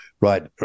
Right